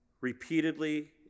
Repeatedly